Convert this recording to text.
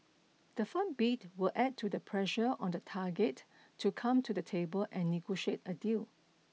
the firm bid will add to the pressure on the target to come to the table and negotiate a deal